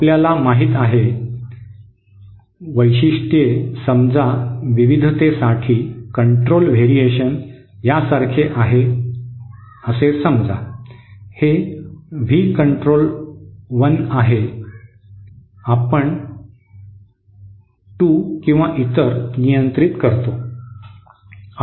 आपल्याला माहित आहे वैशिष्ट्ये समजा विविधतेसाठी कंट्रोल व्हेरिएशन यासारखे आहे समजा हे व्ही कंट्रोल 1 आहे हे आपण 2 आणि इतर नियंत्रित करतो